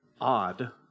odd